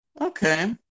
Okay